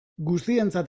guztientzat